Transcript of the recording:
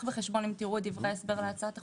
בחשבון אם תראו את דברי ההסבר להצעת החוק,